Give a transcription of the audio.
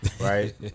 right